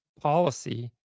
policy